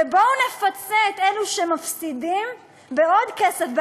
ובואו נפצה את אלו שמפסידים בעוד כסף,